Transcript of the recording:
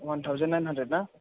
one thousand nine hundred ना